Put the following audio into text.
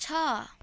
छ